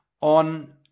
on